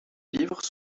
livres